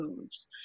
moves